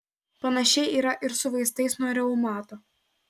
panašiai yra ir su vaistais nuo reumato